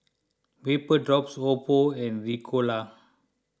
Vapodrops Oppo and Ricola